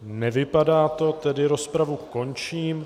Nevypadá to, tedy rozpravu končím.